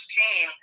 team